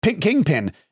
Kingpin